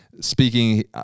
speaking